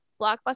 Blockbuster